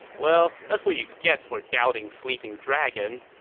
well, that's what you get for doubting sleeping dragon.